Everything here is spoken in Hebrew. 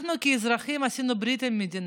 אנחנו כאזרחים עשינו ברית עם המדינה: